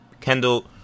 kendall